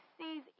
sees